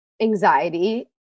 anxiety